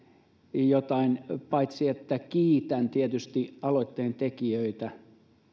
jotain paitsi että kiitän tietysti aloitteen tekijöitä